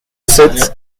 sept